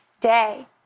day